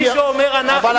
מי שאומר "אנחנו"